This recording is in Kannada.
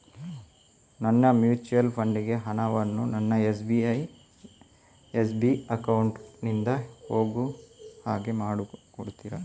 ನನ್ನ ಮ್ಯೂಚುಯಲ್ ಫಂಡ್ ಗೆ ಹಣ ವನ್ನು ನನ್ನ ಎಸ್.ಬಿ ಅಕೌಂಟ್ ನಿಂದ ಹೋಗು ಹಾಗೆ ಮಾಡಿಕೊಡುತ್ತೀರಾ?